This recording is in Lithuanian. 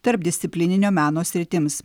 tarpdisciplininio meno sritims